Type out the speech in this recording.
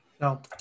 No